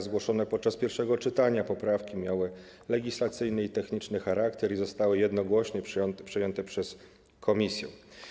Zgłoszone podczas pierwszego czytania poprawki miały legislacyjny i techniczny charakter i zostały jednogłośnie przyjęte przez komisje.